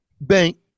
Bank